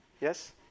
Yes